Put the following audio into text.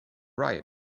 riot